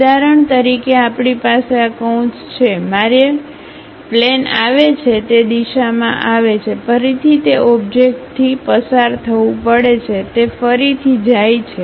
ઉદાહરણ તરીકે આપણી પાસે આ કૌંસ છે મારે પ્લેન આવે છે તે દિશામાં આવે છે ફરીથી તે ઓબ્જેક્ટથી પસાર થવું પડે છે તે ફરીથી જાય છે